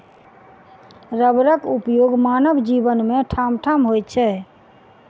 रबरक उपयोग मानव जीवन मे ठामठाम होइत छै